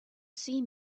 see